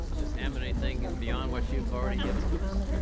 ms. hammond i think and beyond what you've already given to us.